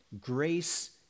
Grace